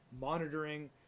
monitoring